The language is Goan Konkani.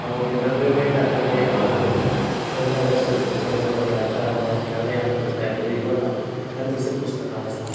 हांव जेन्ना वेळ मेयटा तेन्ना ह्या तेन्ना ह्या संस्थेच्या ह्या पंगडाच्या हांव वाचनालयांत लायब्रींत वतां आनी थंयसर पुस्तकां वाचतां